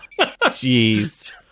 Jeez